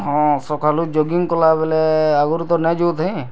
ହଁ ସକାଲୁ ଜଗିଙ୍ଗ୍ କଲାବେଲେ ଆଗରୁ ତ ନାଇଁ ଯାଉଥାଏ